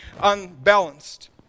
Unbalanced